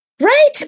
Right